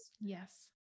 yes